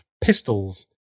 pistols